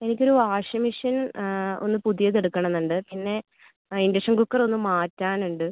എനിക്കൊരു washing machine ഒന്ന് പുതിയത് എടുക്കണംന്ന് ഉണ്ട് പിന്നെ ആ ഇൻഡക്ഷൻ കുക്കർ ഒന്ന് മാറ്റാനുണ്ട്